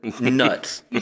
nuts